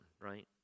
right